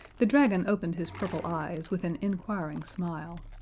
the dragon opened his purple eyes with an inquiring smile.